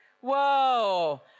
Whoa